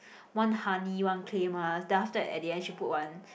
one honey one clay mask then after that at the end she put one